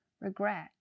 regret